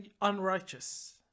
unrighteous